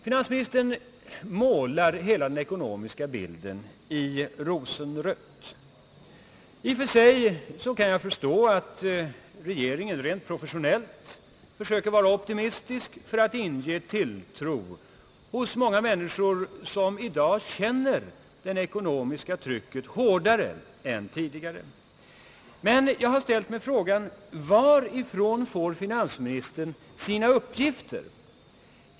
Finansministern målar hela den ekonomiska bilden i rosenrött. I och för sig kan jag förstå att regeringen rent professionellt försöker vara optimistisk för att inge tilltro hos många människor, som i dag känner det ekonomiska trycket hårdare än tidigare. Men jag har ställt mig frågan: Varifrån får finansministern sina uppgifter?